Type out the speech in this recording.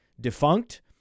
defunct